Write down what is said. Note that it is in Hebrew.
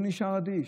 והוא נשאר אדיש.